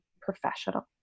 professional